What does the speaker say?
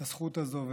את הזכות הזאת,